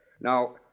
Now